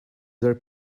their